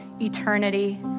eternity